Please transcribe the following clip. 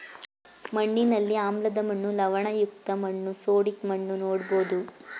ಮಣ್ಣಿನಲ್ಲಿ ಆಮ್ಲದ ಮಣ್ಣು, ಲವಣಯುಕ್ತ ಮಣ್ಣು, ಸೋಡಿಕ್ ಮಣ್ಣು ನೋಡ್ಬೋದು